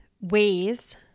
ways